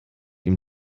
ihm